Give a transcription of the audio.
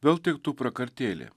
vėl tiktų prakartėlė